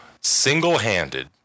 single-handed